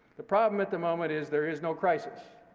the problem at the moment is there is no crisis.